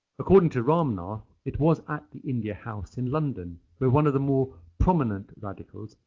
according to ramnath, it was at the india house in london where one of the more prominent radicals,